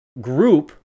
group